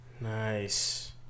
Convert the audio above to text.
Nice